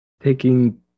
taking